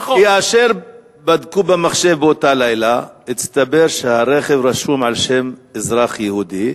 כאשר בדקו במחשב באותו לילה הסתבר שהרכב רשום על שם אזרח יהודי,